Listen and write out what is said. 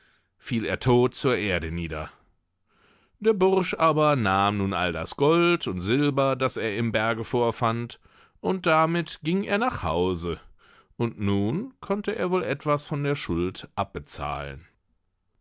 fiel er todt zur erde nieder der bursch aber nahm nun all das gold und silber das er im berge vorfand und damit ging er nach hause und nun konnte er wohl etwas von der schuld abbezahlen